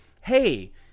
hey